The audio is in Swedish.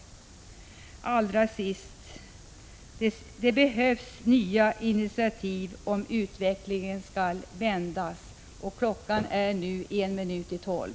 Allra sist: Det behövs nya initiativ, om utvecklingen skall kunna vändas. Klockan är nu en minut i tolv.